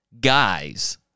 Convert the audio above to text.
guys